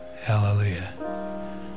hallelujah